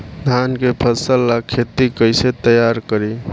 धान के फ़सल ला खेती कइसे तैयार करी?